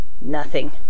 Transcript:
Nothing